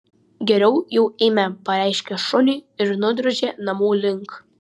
geriau jau eime pareiškė šuniui ir nudrožė namų link